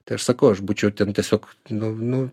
tai aš sakau aš būčiau ten tiesiog nu nu